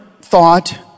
thought